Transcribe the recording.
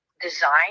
design